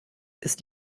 ist